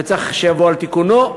וצריך שיבוא על תיקונו,